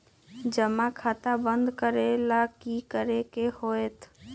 जमा खाता बंद करे ला की करे के होएत?